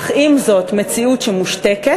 אך עם זאת מציאות שמושתקת,